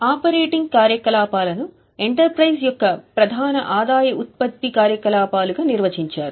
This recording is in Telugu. ఆపరేటింగ్ కార్యకలాపాలను ఎంటర్ప్రైజ్ యొక్క ప్రధాన ఆదాయ ఉత్పత్తి కార్యకలాపాలుగా నిర్వచించారు